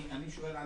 אני שואל על